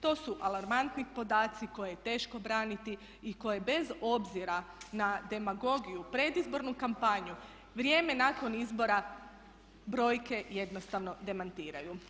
To su alarmantni podaci koje je teško braniti i koje bez obzira na demagogiju, predizbornu kampanju, vrijeme nakon izbora brojke jednostavno demantiraju.